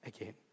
again